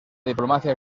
diplomacia